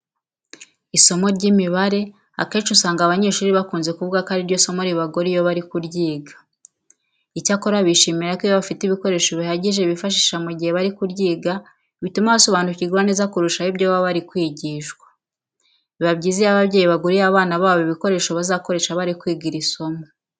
Isomo ry'imibare akenshi usanga abanyeshuri bakunze kuvuga ko ari ryo somo ribagora iyo bari kuryiga. Icyakora bishimira ko iyo bafite ibikoresho bihagije bifashisha mu gihe bari kuryiga bituma basobanukirwa kurushaho ibyo baba bigishwa. Biba byiza iyo ababyeyi baguriye abana babo ibikoresho bazakoresha bari kwiga iri somo.